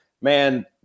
Man